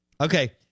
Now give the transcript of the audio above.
Okay